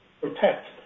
protect